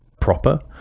proper